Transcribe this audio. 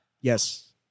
Yes